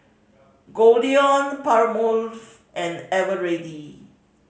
Goldlion Palmolive and Eveready